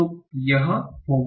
तो यह होगा